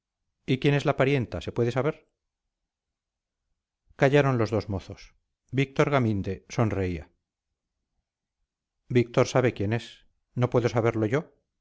y quién es la parienta se pude saber callaron los dos mozos víctor gaminde sonreía víctor sabe quién es no puedo saberlo yo